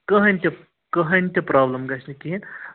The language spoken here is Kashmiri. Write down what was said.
کٕہۭنۍ تہِ کٕہۭنۍ تہِ پرٛابلٕم گژھِ نہٕ کِہیٖںۍ